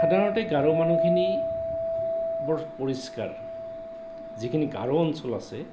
সাধাৰণতে গাৰো মানুহখিনি বৰ পৰিষ্কাৰ যিখিনি গাৰো অঞ্চল আছে